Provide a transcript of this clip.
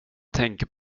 tänker